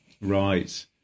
Right